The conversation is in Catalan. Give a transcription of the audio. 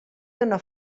dóna